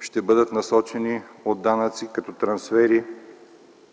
ще бъдат насочени от данъци като трансфери